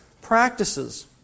practices